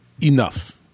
enough